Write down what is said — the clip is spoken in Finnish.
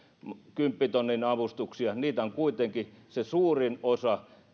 kymppitonnin avustuksia on kuitenkin se suurin osa